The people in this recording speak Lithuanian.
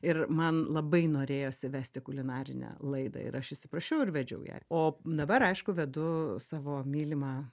ir man labai norėjosi vesti kulinarinę laidą ir aš įsiprašiau ir vedžiau ją o dabar aišku vedu savo mylimą